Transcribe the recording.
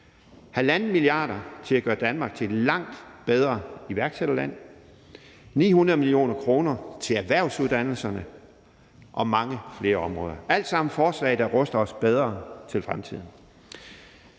1,5 mia. kr. til at gøre Danmark til et langt bedre iværksætterland, 900 mio. kr. til erhvervsuddannelserne og mange flere områder. Det er alt sammen forslag, der ruster os bedre til fremtiden.